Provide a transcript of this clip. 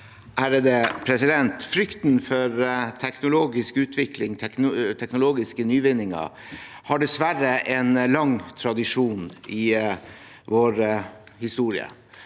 leder): Frykten for teknologisk utvikling og teknologiske nyvinninger har dessverre en lang tradisjon i vår historie.